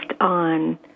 on